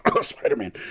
spider-man